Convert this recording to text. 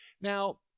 Now